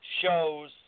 shows